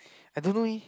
I don't know eh